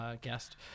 guest